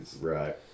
Right